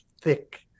thick